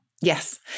Yes